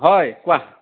হয় কোৱা